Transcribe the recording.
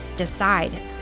decide